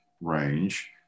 range